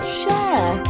share